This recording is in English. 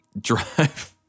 drive